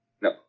No